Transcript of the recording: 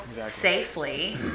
safely